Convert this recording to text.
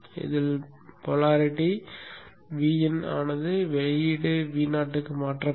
துருவ மின்னழுத்தம் Vin ஆனது வெளியீடு Vo க்கு மாற்றப்படும்